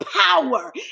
power